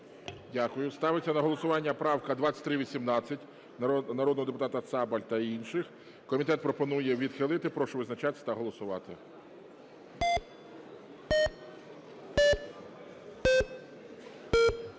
Дякую. Ставиться на голосування правка 2318 народного депутата Цабаля та інших. Комітет пропонує відхилити. Прошу визначатися та голосувати.